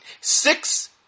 Six